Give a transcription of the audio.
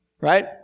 right